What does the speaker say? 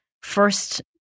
first